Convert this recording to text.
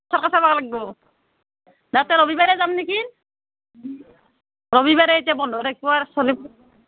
চাব লাগিব তহ তে ৰবিবাৰে যাম নেকি ৰবিবাৰে এতিয়া বন্ধ থাকিব আৰু চ'লিবোৰৰ